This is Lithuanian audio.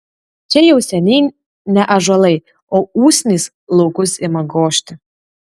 čia jau seniai ne ąžuolai o usnys laukus ima gožti